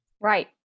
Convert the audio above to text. Right